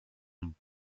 one